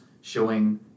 showing